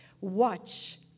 Watch